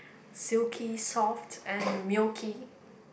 silky soft and milky